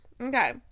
Okay